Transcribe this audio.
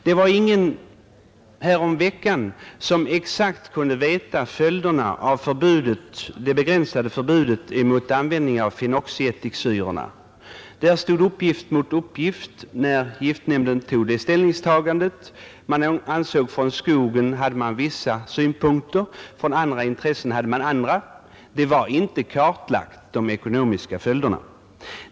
Det var ingen häromveckan som exakt kunde veta följderna av det begränsade förbudet emot användning av fenoxiättiksyrorna. Där stod uppgift mot uppgift när giftnämnden tog ställning. Från skogen hade man vissa synpunkter, från andra intressen hade man andra. De ekonomiska följderna var inte kartlagda.